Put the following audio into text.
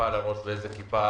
איזו כיפה